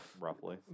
roughly